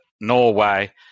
Norway